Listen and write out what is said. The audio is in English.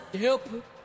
Help